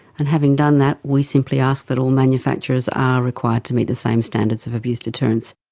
and having done that we simply ask that all manufacturers are required to meet the same standards of abuse deterrence.